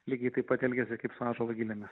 lygiai taip pat elgiasi kaip ąžuolo gilėmis